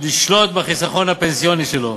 לשלוט בחיסכון הפנסיוני שלו.